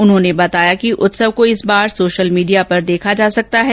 उन्होंने बताया कि उत्सव को इस बार सोशल मीडिया पर देखा जा सकता है